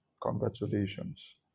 Congratulations